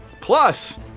plus